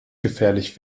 gefährlich